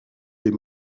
des